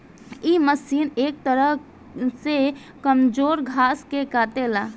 इ मशीन एक तरह से कमजोर घास के काटेला